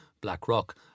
BlackRock